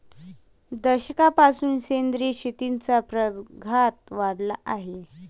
दशकापासून सेंद्रिय शेतीचा प्रघात वाढला आहे